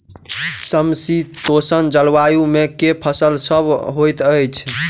समशीतोष्ण जलवायु मे केँ फसल सब होइत अछि?